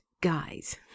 guys